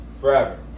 Forever